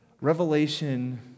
Revelation